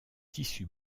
tissus